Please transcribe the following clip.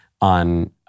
on